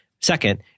Second